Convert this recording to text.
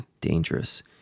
dangerous